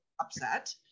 upset